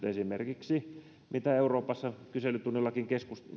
esimerkiksi euroopassa ja kyselytunnillakin